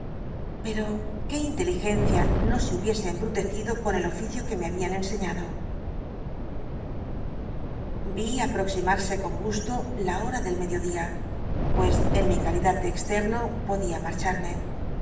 pero qué in l eligcncia no se hubic e embrutecido con el oficio t ue me habían enseñado yi aproxim wse con gusto la hora del medio dia pues en mi calidad ele externo poclia marcharme